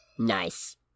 Nice